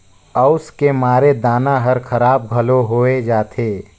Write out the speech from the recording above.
अउस के मारे दाना हर खराब घलो होवे जाथे